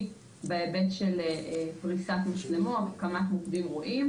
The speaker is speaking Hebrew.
בהיבט של פריסת מצלמות והקמת מוקדים רואים.